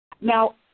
Now